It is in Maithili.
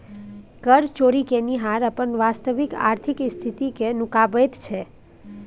कर चोरि केनिहार अपन वास्तविक आर्थिक स्थिति कए नुकाबैत छै